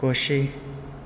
खोशी